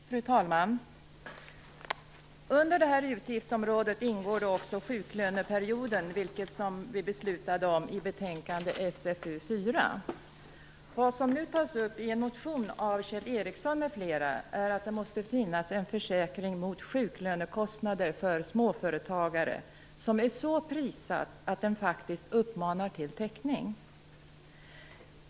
Fru talman! Under det här utgiftsområdet ingår också sjuklöneperioden, vilken beslutades om i betänkande SfU 4. Vad som nu tas upp i en motion av Kjell Ericsson m.fl. är att det måste finnas en försäkring mot sjuklönekostnader för småföretagare som är så prissatt att den faktiskt uppmanar till teckning.